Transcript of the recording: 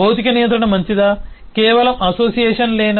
భౌతిక నియంత్రణ మంచిదా కేవలం అసోసియేషన్లేనా